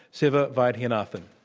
siva vaidhyanathan.